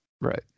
Right